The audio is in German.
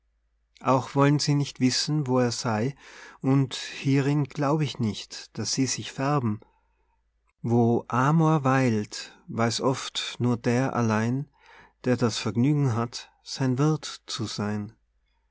auch wollen sie nicht wissen wo er sei und hierin glaub ich nicht daß sie sich färben wo amor weilt weiß oft nur der allein der das vergnügen hat sein wirth zu sein